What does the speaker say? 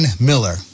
Miller